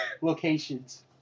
locations